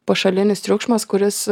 pašalinis triukšmas kuris